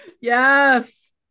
Yes